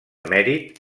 mèrit